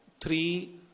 three